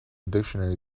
dictionary